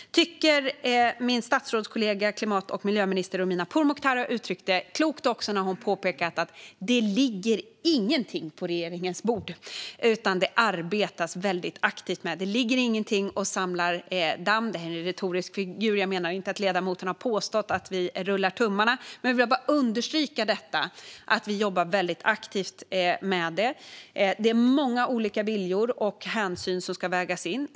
Jag tycker att min statsrådskollega, klimat och miljöminister Romina Pourmokhtari, uttryckte det klokt när hon påpekade att ingenting ligger på regeringens bord utan att det arbetas väldigt aktivt. Ingenting ligger och samlar damm. Jag menar inte att ledamoten har påstått att vi rullar tummarna. Men jag vill bara understryka att vi jobbar väldigt aktivt med detta. Det är många olika viljor och hänsyn som ska vägas in.